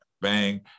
bang